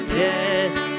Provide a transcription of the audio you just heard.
death